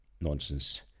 nonsense